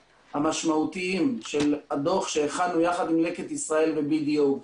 המשמעותיים של הדוח שהכנו יחד עם לקט ישראל ו-BDO.